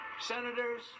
senators